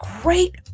great